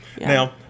Now